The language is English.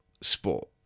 sport